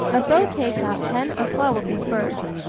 a boat takes out ten or twelve of these birds.